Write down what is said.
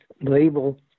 label